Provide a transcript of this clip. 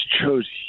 chose